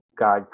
God